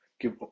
give